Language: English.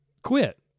quit